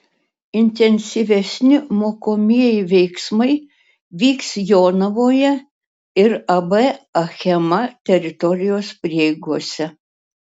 intensyvesni mokomieji veiksmai vyks jonavoje ir ab achema teritorijos prieigose